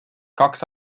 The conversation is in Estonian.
kaks